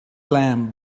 lamb